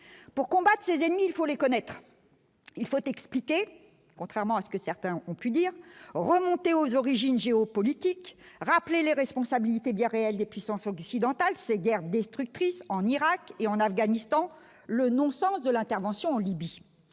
pour combattre ses ennemis, il faut les connaître, il faut expliquer, contrairement à ce que certains ont pu dire remonter aux origines géopolitique rappeler les responsabilités bien réelle des puissances occidentales cette guerre destructrice en Irak et en Afghanistan, le non-sens de l'intervention en Libye,